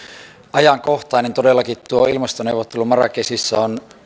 ajankohtainen todellakin tuo ilmastoneuvottelu marrakechissa on